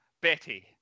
Betty